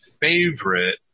favorite